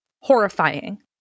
Horrifying